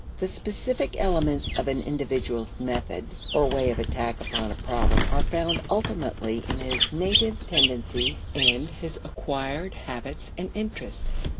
the specific elements of an individual's method or way of attack upon a problem are found ultimately in his native tendencies and his acquired habits and interests.